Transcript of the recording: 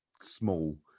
small